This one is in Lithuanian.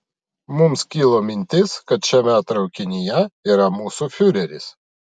mums kilo mintis kad šiame traukinyje yra mūsų fiureris